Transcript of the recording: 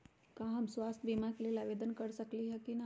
का हम स्वास्थ्य बीमा के लेल आवेदन कर सकली ह की न?